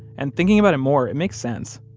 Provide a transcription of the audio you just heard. and thinking about it more, it makes sense.